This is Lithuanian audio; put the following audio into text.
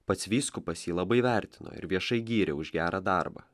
pats vyskupas jį labai vertino ir viešai gyrė už gerą darbą